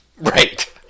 Right